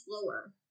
slower